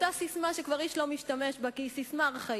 אותה ססמה שכבר איש לא משתמש בה כי היא ססמה ארכאית,